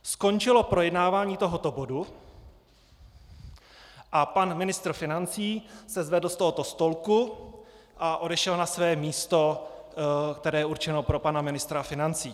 Skončilo projednávání tohoto bodu a pan ministr financí se zvedl od tohoto stolku a odešel na své místo, které je určeno pro pana ministra financí.